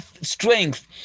strength